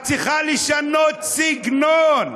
את צריכה לשנות סגנון,